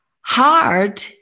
hard